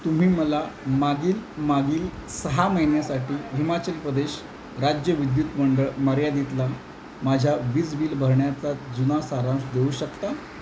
तुम्ही मला मागील मागील सहा महिन्यासाठी हिमाचल प्रदेश राज्य विद्युत मंडळ मर्यादितला माझ्या वीज बिल भरण्याचा जुना सारांश देऊ शकता